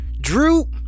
Drew